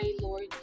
Lord